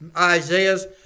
Isaiah's